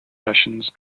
sessions